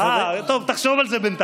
רוצים לזרוע פחד, טוב, תחשוב על זה בינתיים.